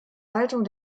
haltung